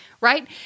right